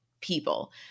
people